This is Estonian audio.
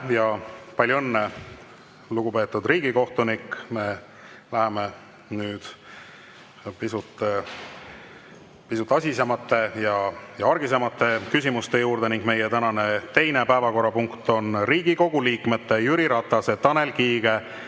Palju õnne, lugupeetud riigikohtunik! Me läheme nüüd pisut asisemate ja argisemate küsimuste juurde. Meie tänane teine päevakorrapunkt on Riigikogu liikmete Jüri Ratase, Tanel Kiige,